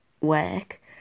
work